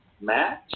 match